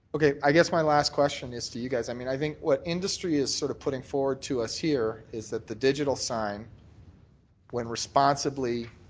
i guess my last question is to you guys. i mean i think what industry is sort of putting forward to us here is that the digital sign when responsibly